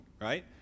right